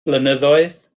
blynyddoedd